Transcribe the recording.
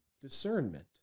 discernment